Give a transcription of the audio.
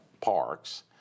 parks